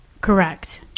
Correct